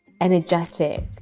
energetic